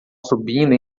subindo